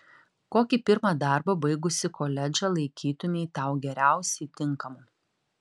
kokį pirmą darbą baigusi koledžą laikytumei tau geriausiai tinkamu